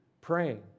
Praying